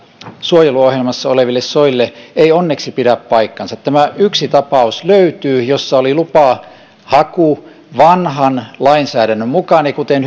suojeluohjelmassa oleville soille ei onneksi pidä paikkaansa tämä yksi tapaus löytyy jossa oli lupahaku vanhan lainsäädännön mukaan ja kuten